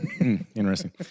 Interesting